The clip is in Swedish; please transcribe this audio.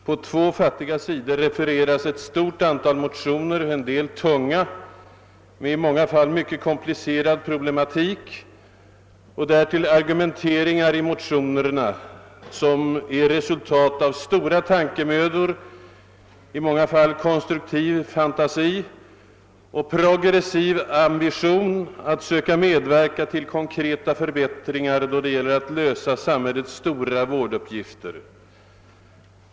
På två fattiga sidor refereras ett stort antal motioner, :en del av dessa s.k. tunga, "med ofta mycket komplicerad problematik: - Därtill finns argumenteringar i motionerna, som är resultat av stora tankemödor, i många fall konstruktiv fantasi och progressiv ambition att söka medverka till konkreta förbättringar, då det gäller att lösa samhällets stora vårduppgifter.